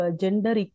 gender